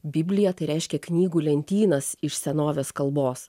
biblija tai reiškia knygų lentynas iš senovės kalbos